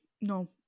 no